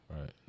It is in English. Right